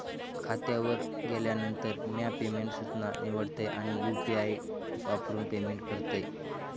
खात्यावर गेल्यानंतर, म्या पेमेंट सूचना निवडतय आणि यू.पी.आई वापरून पेमेंट करतय